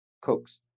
Cook's